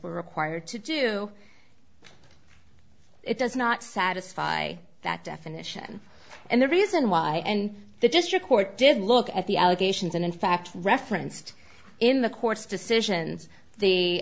we're required to do it does not satisfy that definition and the reason why and the district court did look at the allegations and in fact referenced in the court's decisions the